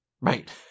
right